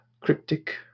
cryptic